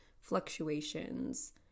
fluctuations